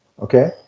okay